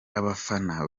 abafana